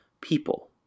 people